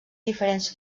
diferents